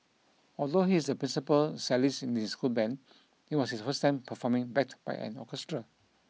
although he is the principal cellist in his school band it was his first time performing backed by an orchestra